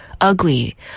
ugly